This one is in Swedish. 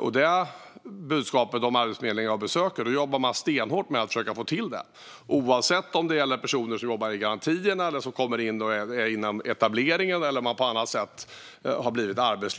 Om budskapet är besök på Arbetsförmedlingen ska man jobba stenhårt med att försöka få till det, oavsett om personen jobbar inom garantin eller etableringen eller om personen